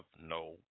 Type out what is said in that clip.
no